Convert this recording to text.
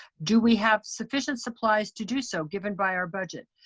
do we have sufficient supplies to do so given by our budget?